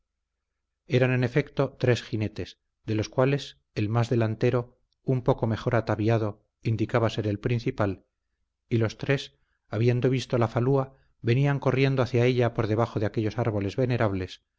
eran en efecto tres jinetes de los cuales el más delantero un poco mejor ataviado indicaba ser el principal y los tres habiendo visto la falúa venían corriendo hacia ella por debajo de aquellos árboles venerables